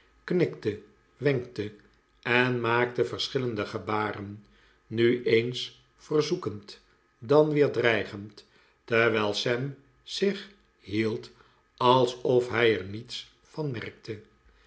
knikte wenkte en maakte verschillende gebaren nu eens verzoekend dan weer dreigend terwijl sam zich hield als of hij er niets van bemerkte